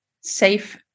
safe